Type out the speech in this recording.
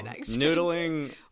noodling